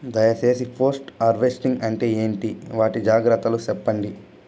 దయ సేసి post harvesting అంటే ఏంటి? వాటి జాగ్రత్తలు సెప్పండి?